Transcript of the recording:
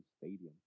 stadium